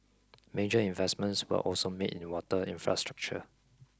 major investments were also made in water infrastructure